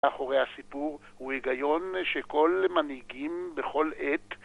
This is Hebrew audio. מאחורי הסיפור הוא היגיון שכל מנהיגים בכל עת